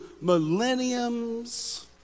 millenniums